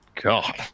God